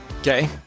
Okay